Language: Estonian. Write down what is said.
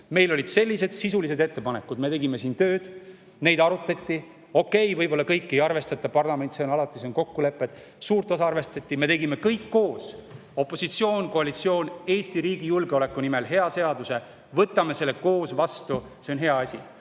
meil olid sellised sisulised ettepanekud, me tegime tööd ja neid arutati. Okei, võib-olla kõiki ei arvestata – parlament tähendab alati kokkuleppeid –, aga suurt osa arvestati. Me tegime kõik koos – opositsioon ja koalitsioon – Eesti riigi julgeoleku nimel hea seaduse. Võtame selle koos vastu, see on hea